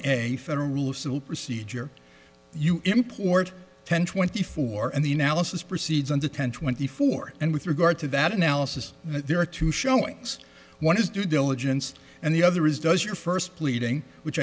civil procedure you import ten twenty four and the analysis proceeds on the ten twenty four and with regard to that analysis there are two showings one is due diligence and the other is does your first pleading which